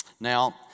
Now